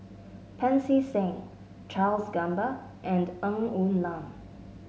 Pancy Seng Charles Gamba and Ng Woon Lam